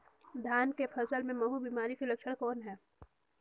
धान के फसल मे महू बिमारी के लक्षण कौन हे?